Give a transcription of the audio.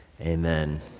Amen